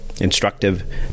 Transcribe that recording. instructive